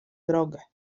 drogę